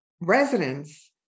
residents